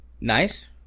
Nice